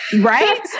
Right